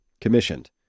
commissioned